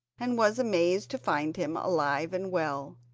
and was amazed to find him alive and well.